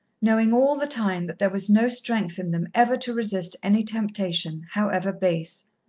knowing all the time that there was no strength in them ever to resist any temptation, however base.